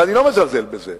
ואני לא מזלזל בזה,